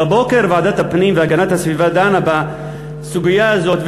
בבוקר ועדת הפנים והגנת הסביבה דנה בסוגיה הזאת,